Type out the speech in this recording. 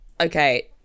okay